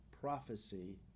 prophecy